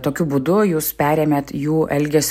tokiu būdu jūs perėmėt jų elgesio šablonus